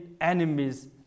enemies